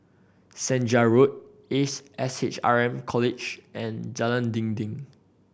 Senja Road Ace S H R M College and Jalan Dinding